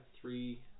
three